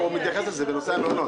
הוא מתייחס לזה, בנושא המעונות.